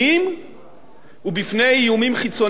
ובפני איומים חיצוניים כלכליים.